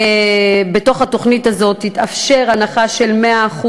בתוך התוכנית הזאת תתאפשר הנחה של 100%